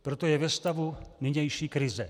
Proto je ve stavu nynější krize.